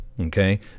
okay